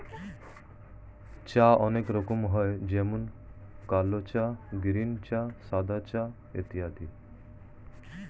চা অনেক রকমের হয় যেমন কালো চা, গ্রীন চা, সাদা চা ইত্যাদি